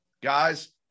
Guys